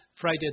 Friday